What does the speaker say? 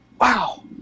wow